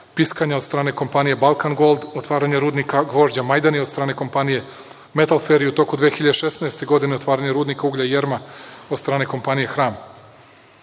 „Piskanja“ od strane kompanije „Balkan Gold“, otvaranje rudnika gvožđa „Majdan“ i od strane kompanije „Metalfer“ i u toku 2016. godine otvaranje rudnika uglja „Jerma“ od strane kompanije